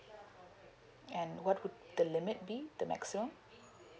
and what would the limit be the maximum